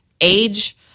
age